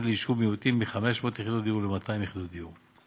ליישוב מיעוטים מ-500 יחידות דיור ל-200 יחידות דיור.